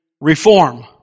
reform